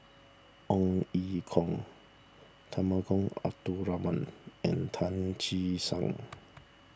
Ong Ye Kung Temenggong Abdul Rahman and Tan Che Sang